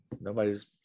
Nobody's